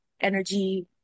Energy